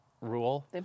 rule